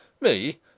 Me